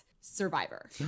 Survivor